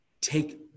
Take